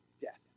death